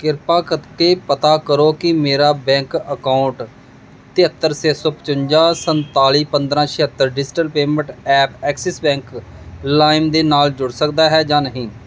ਕਿਰਪਾ ਕਰਕੇ ਪਤਾ ਕਰੋ ਕਿ ਮੇਰਾ ਬੈਂਕ ਅਕਾਊਂਟ ਤੇਹੱਤਰ ਸੇ ਸੌ ਪਚਵੰਜਾ ਸੰਤਾਲੀ ਪੰਦਰ੍ਹਾਂ ਛੇਹੱਤਰ digital payment app Axis bank ਲਾਇਮ ਦੇ ਨਾਲ ਜੁੜ ਸਕਦਾ ਹੈ ਜਾਂ ਨਹੀਂ